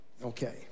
Okay